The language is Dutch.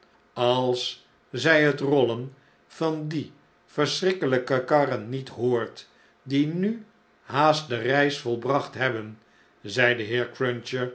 als zij het rollen van die verschrikkeltjke karren niet hoort die nu haast de reis volbracht hebben zei de heer cruncher